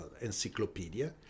encyclopedia